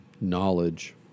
knowledge